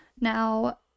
now